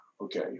okay